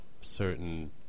certain